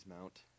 mount